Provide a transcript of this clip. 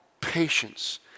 patience